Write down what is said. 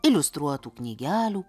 iliustruotų knygelių